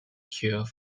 cure